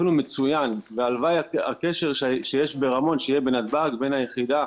אפילו מצוין והלוואי הקשר שיש ברמון שיהיה בנתב"ג בין היחידה